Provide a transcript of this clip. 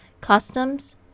Customs